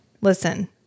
listen